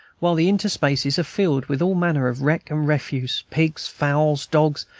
while the interspaces are filled with all manner of wreck and refuse, pigs, fowls, dogs,